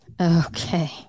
Okay